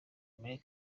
muri